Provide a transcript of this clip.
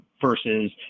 versus